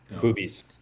Boobies